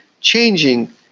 changing